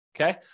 okay